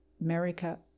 America